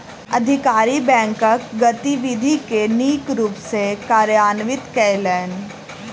अधिकारी बैंकक गतिविधि के नीक रूप सॅ कार्यान्वित कयलैन